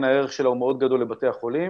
הערך שלה הוא מאוד גדול לבתי החולים.